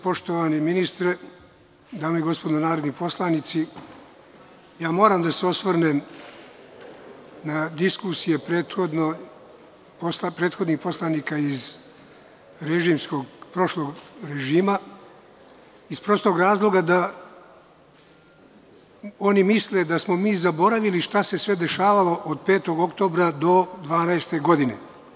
Poštovani ministre, dame i gospodo narodni poslanici, moram da se osvrnem na diskusije prethodnih poslanika iz prošlog režima iz prostog razloga što oni misle da smo mi sve zaboravili šta se sve dešavalo od 5. oktobra do 2012. godine.